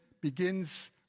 begins